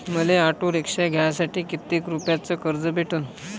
मले auto rickshaw घ्यासाठी कितीक रुपयाच कर्ज भेटनं?